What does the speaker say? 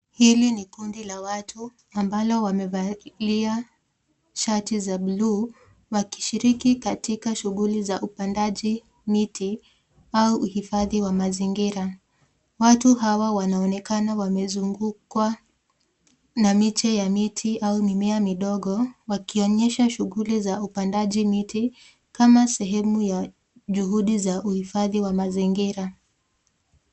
Hili ni kundi la watu ambalo wamevalia shati za blue wakishiriki katika shughuli za upandaji miti au uhifadhi wa mazingira. Watu hawa wanaonekana wamezungukwa na miche ya miti au mimea midogo, wakionyesha shughuli za upandaji miti kama sehemu ya juhudi za uhifadhi wa mazingira